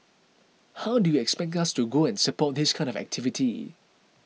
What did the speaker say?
how do you expect us to go and support this kind of activity